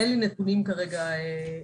אין לי נתונים כרגע בנושא.